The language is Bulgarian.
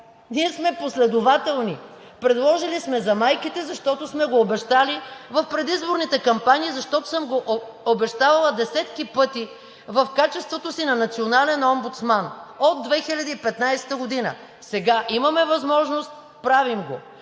ние сме последователни. Предложили сме за майките, защото сме го обещали в предизборните кампании, защото съм го обещала десетки пъти в качеството си на национален омбудсман от 2015 г. Сега имаме възможност – правим го.